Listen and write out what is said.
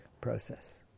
process